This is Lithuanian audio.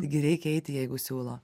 irgi reikia eiti jeigu siūlo